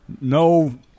no